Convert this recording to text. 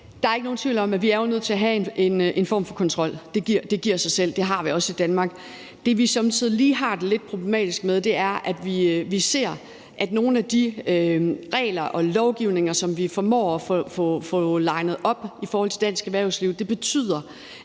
Der er ikke nogen tvivl om, at vi jo er nødt til at have en form for kontrol. Det giver sig selv, og det har vi også i Danmark. Det, vi somme tider lige har det lidt problematisk med, er, at vi ser, at nogle af de regler og lovgivninger, som vi formår at få linet op i forhold til dansk erhvervsliv, betyder,